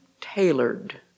tailored